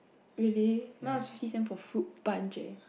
really mine also fifty cent for fruit punch eh